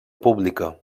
pública